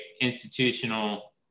Institutional